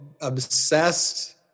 obsessed